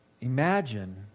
Imagine